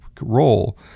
role